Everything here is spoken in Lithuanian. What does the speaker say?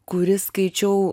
kuri skaičiau